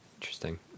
Interesting